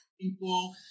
people